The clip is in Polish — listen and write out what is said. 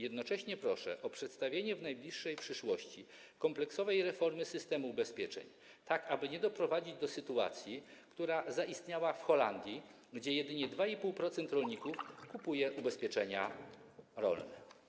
Jednocześnie proszę o przedstawienie w najbliższej przyszłości kompleksowej reformy systemu ubezpieczeń, tak aby nie doprowadzić do sytuacji, która zaistniała w Holandii, gdzie jedynie 2,5% rolników kupuje ubezpieczenia rolne.